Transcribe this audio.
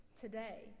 today